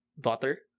daughter